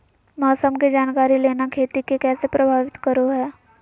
मौसम के जानकारी लेना खेती के कैसे प्रभावित करो है?